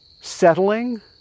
Settling